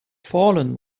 fallen